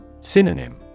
Synonym